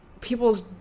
people's